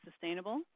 sustainable